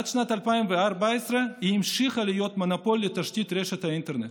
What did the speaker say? עד שנת 2014 היא המשיכה להיות מונופול לתשתית האינטרנט,